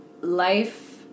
life